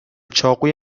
چاقوی